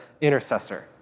intercessor